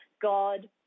God